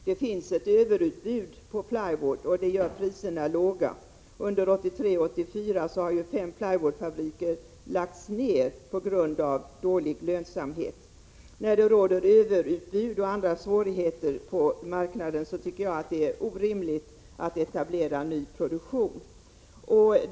Det finns ett överutbud på plywood, och det gör priserna låga. Under 1983-1984 har fem plywoodfabriker lagts ned på grund av dålig lönsamhet. När det råder överutbud och andra svårigheter på marknaden tycker jag det är orimligt att etablera ny produktion.